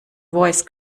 voice